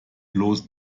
bloß